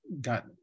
got